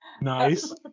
Nice